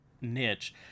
niche